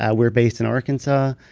ah we're based in arkansas.